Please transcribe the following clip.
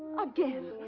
again.